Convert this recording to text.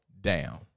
down